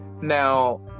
Now